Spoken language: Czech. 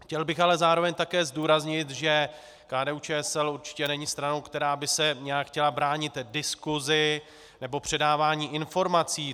Chtěl bych ale zároveň také zdůraznit, že KDUČSL určitě není stranou, která by se nějak chtěla bránit diskusi nebo předávání informací.